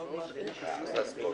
אנחנו סיימנו.